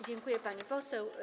Dziękuję, pani poseł.